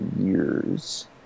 years